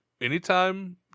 anytime